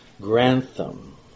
Grantham